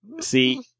See